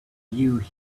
you